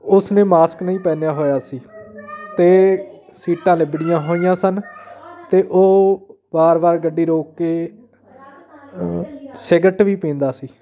ਉਸ ਨੇ ਮਾਸਕ ਨਹੀਂ ਪਹਿਨਿਆ ਹੋਇਆ ਸੀ ਅਤੇ ਸੀਟਾਂ ਲਿਬੜੀਆਂ ਹੋਈਆਂ ਸਨ ਅਤੇ ਉਹ ਵਾਰ ਵਾਰ ਗੱਡੀ ਰੋਕ ਕੇ ਸਿਗਰਟ ਵੀ ਪੈਂਦਾ ਸੀ